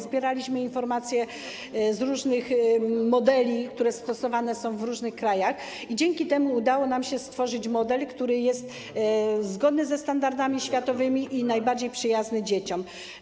Zbieraliśmy informacje co do różnych modeli, które stosowane są w różnych krajach, i dzięki temu udało nam się stworzyć model, który jest zgodny ze standardami światowymi i najbardziej przyjazny dzieciom.